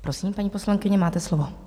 Prosím, paní poslankyně, máte slovo.